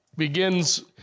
begins